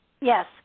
Yes